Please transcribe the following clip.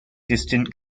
distant